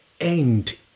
end